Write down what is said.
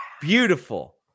beautiful